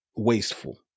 Wasteful